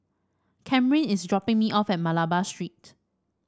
Kamryn is dropping me off at Malabar Street